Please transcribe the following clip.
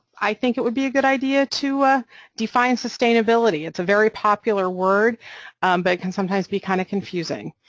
i think it would be a good idea to ah define sustainability, it's a very popular word but can sometimes be kind of confusing.